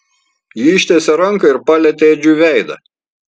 ji ištiesė ranką ir palietė edžiui veidą